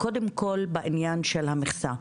קודם כל בעניין של המכסה.